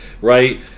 right